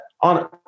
on